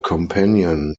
companion